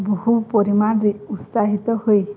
ବହୁ ପରିମାଣରେ ଉତ୍ସାହିତ ହୁଏ